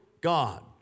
God